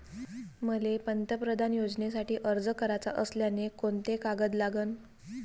मले पंतप्रधान योजनेसाठी अर्ज कराचा असल्याने कोंते कागद लागन?